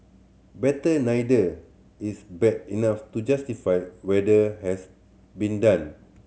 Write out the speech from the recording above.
better neither is bad enough to justify whether has been done